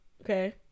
Okay